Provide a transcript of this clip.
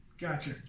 gotcha